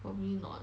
probably not